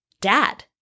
dad